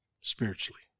spiritually